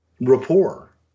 rapport